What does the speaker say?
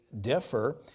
differ